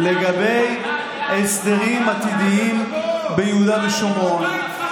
-- לגבי הסדרים עתידיים ביהודה ושומרון.